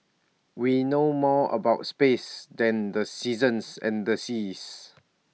we know more about space than the seasons and the seas